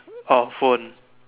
or phone